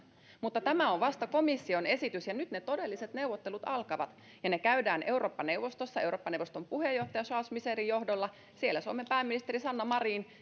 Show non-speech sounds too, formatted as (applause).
mutta tämä on vasta komission esitys ja nyt ne todelliset neuvottelut alkavat ne käydään eurooppa neuvostossa eurooppa neuvoston puheenjohtajan charles michelin johdolla siellä suomen pääministeri sanna marin (unintelligible)